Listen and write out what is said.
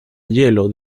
hielo